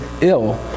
ill